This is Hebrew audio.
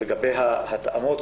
לגבי ההתאמות,